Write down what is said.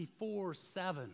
24-7